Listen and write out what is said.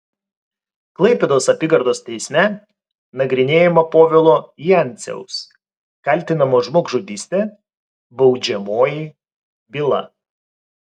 klaipėdos apygardos teisme nagrinėjama povilo jenciaus kaltinamo žmogžudyste baudžiamoji byla